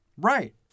Right